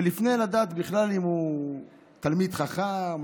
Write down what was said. לפני שיודעים בכלל אם הוא תלמיד חכם,